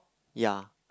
ya